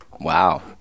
Wow